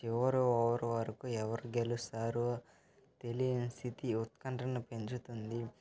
చివరి ఓవర్ వరకు ఎవరు గెలుస్తారో తెలియని స్థితి ఉత్కంఠను పెంచుతుంది